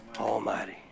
almighty